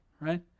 right